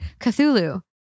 Cthulhu